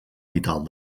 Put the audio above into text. vital